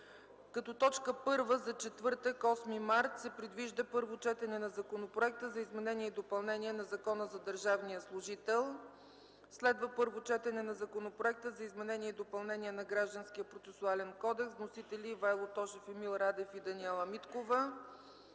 г. Точка първа за в четвъртък се предвижда да бъде: 7. Първо четене на Законопроекта за изменение и допълнение на Закона за държавния служител. 8. Първо четене на Законопроекта за изменение и допълнение на Гражданския процесуален кодекс. Вносители: Ивайло Тошев, Емил Радев и Даниела Миткова.